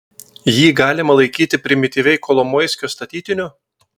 jį galima laikyti primityviai kolomoiskio statytiniu